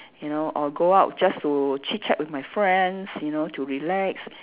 you know or go out just to chit-chat with my friends you know to relax